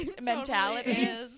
mentality